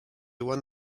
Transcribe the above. won